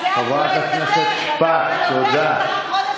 חבר הכנסת שפק, תודה.